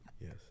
Yes